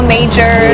Major